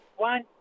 One